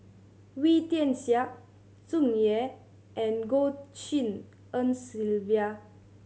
Wee Tian Siak Tsung Yeh and Goh Tshin En Sylvia